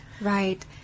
Right